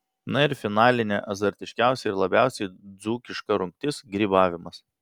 na ir finalinė azartiškiausia ir labiausiai dzūkiška rungtis grybavimas